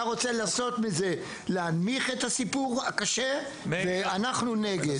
אתה רוצה להנמיך את הסיפור הקשה, ואנחנו נגד.